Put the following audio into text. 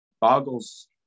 boggles